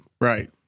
right